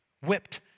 whipped